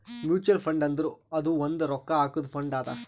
mutual fund ಅಂದುರ್ ಅದು ಒಂದ್ ರೊಕ್ಕಾ ಹಾಕಾದು ಫಂಡ್ ಅದಾ